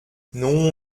non